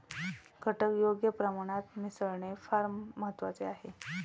घटक योग्य प्रमाणात मिसळणे फार महत्वाचे आहे